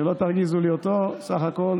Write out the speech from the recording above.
שלא תרגיזו לי אותו, בסך הכול